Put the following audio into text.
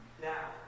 now